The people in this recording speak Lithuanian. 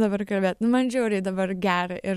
dabar kalbėt nu man žiauriai dabar gera ir